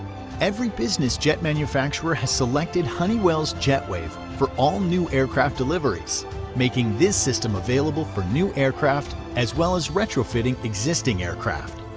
every business jet manufacturer has selected honeywell's jetwave for all new aircraft deliveries making this system available for new aircraft as well as retrofitting existing aircraft.